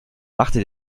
machte